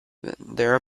their